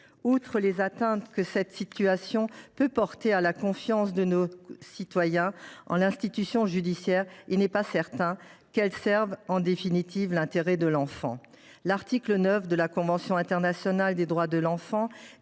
Outre les atteintes que cette situation peut porter à la confiance de nos citoyens en l’institution judiciaire, il n’est pas certain qu’elle serve, en définitive, l’intérêt de l’enfant. L’article 9 de la Convention internationale des droits de l’enfant